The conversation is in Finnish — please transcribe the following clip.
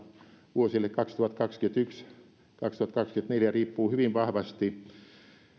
vuosille kaksituhattakaksikymmentäyksi viiva kaksituhattakaksikymmentäneljä riippuu hyvin vahvasti